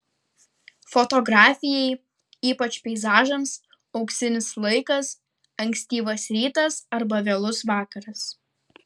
fotografijai ypač peizažams auksinis laikas ankstyvas rytas arba vėlus vakaras